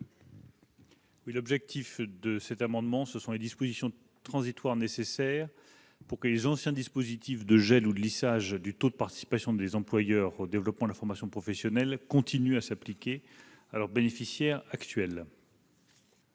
le ministre. Cet amendement a pour objet les dispositions transitoires nécessaires pour que les anciens dispositifs de gel ou de lissage du taux de participation des employeurs au développement de la formation professionnelle continuent à s'appliquer à leurs bénéficiaires actuels.